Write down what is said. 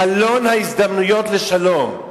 חלון ההזדמנויות לשלום.